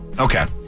Okay